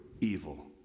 evil